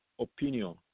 opinion